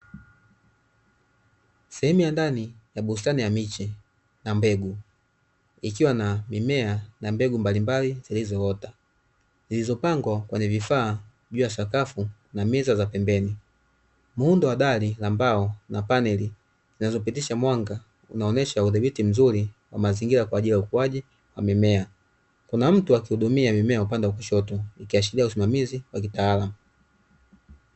Sehemu ya ndani ya bustani ya miche na mbegu ikiwa na mimea na mbegu mbalimbali zilizoota, zilizopangwa kwenye vifaa juu ya sakafu na meza za pembeni. Muundo wa dari la mbao na paneli zinazopitisha mwanga unaonyesha udhibiti mzuri na mazingira kwa ajili ya ukuaji wa mimea. Kuna mtu akihudumia mimea upande wa kushoto, ikiashiria usimamizi wa kitaalamu.